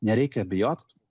nereikia bijot